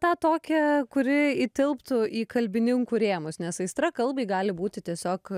tą tokią kuri įtilptų į kalbininkų rėmus nes aistra kalbai gali būti tiesiog